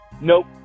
Nope